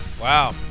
Wow